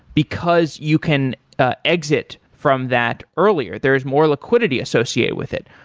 because you can ah exit from that earlier. there is more liquidity associated with it.